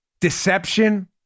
deception